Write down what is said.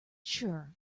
sure